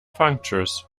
punctures